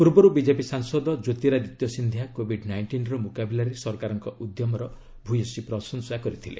ପୂର୍ବରୁ ବିଜେପି ସାଂସଦ କ୍ୟୋତିରାଦିତ୍ୟ ସିନ୍ଧିଆ କୋବିଡ ନାଇଷ୍ଟିନ୍ର ମୁକାବିଲାରେ ସରକାରଙ୍କ ଉଦ୍ୟମର ଭୟସୀ ପ୍ରଶଂସା କରିଥିଲେ